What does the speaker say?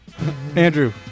Andrew